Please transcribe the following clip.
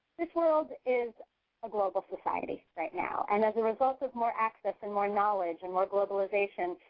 this world is a global society right now. and as a result of more access and more knowledge and more globalization,